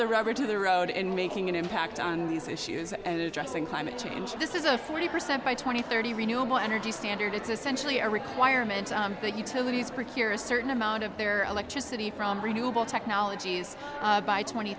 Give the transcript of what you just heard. the rubber to the road in making an impact on these issues and addressing climate change this is a forty percent by twenty thirty renewable energy standard it's essentially a requirement that utilities procure a certain amount of their electricity from renewable technologies by twenty